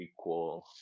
equal